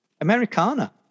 Americana